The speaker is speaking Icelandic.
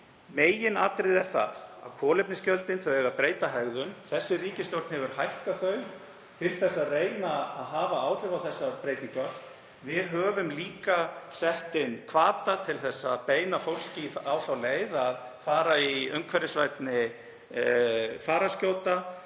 Meginatriðið er það að kolefnisgjöldin eiga að breyta hegðun. Þessi ríkisstjórn hefur hækkað þau til að reyna að hafa áhrif á þessar breytingar. Við höfum líka sett inn hvata til að beina fólki þá leið að nota umhverfisvænni fararskjóta,